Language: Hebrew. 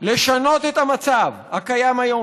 לשנות את המצב הקיים כיום,